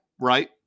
right